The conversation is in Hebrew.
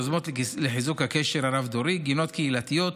יוזמות לחיזוק הקשר הרב-דורי, גינות קהילתיות,